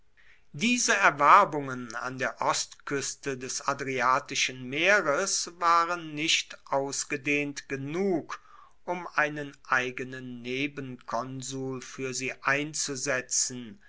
diese erwerbungen an der ostkueste des adriatischen meeres waren nicht ausgedehnt genug um einen eigenen nebenkonsul fuer sie einzusetzen